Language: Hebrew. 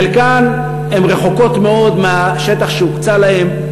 חלקן רחוקות מאוד מהשטח שהוקצה להן,